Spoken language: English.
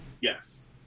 Yes